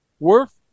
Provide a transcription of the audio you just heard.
Worth